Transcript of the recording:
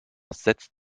setzt